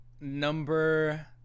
number